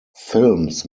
films